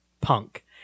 punk